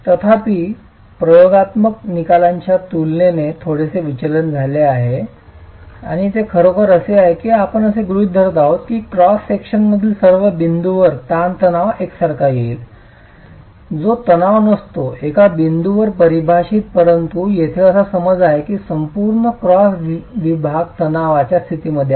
तथापि प्रयोगात्मक निकालांच्या तुलनेत थोडेसे विचलन झाले आहे आणि ते खरोखरच असे आहे की आपण असे गृहित धरत आहोत की क्रॉस सेक्शनमधील सर्व बिंदूंवर ताण तणाव एकसारखा होईल जो तणाव नसतो एका बिंदूवर परिभाषित परंतु येथे असा समज आहे की संपूर्ण क्रॉस विभाग तणावाच्या स्थितीत आहे